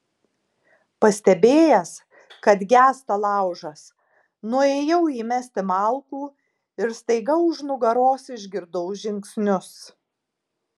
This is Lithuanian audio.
pastebėjęs kad gęsta laužas nuėjau įmesti malkų ir staiga už nugaros išgirdau žingsnius